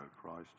Christ